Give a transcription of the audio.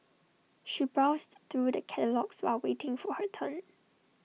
she browsed through the catalogues while waiting for her turn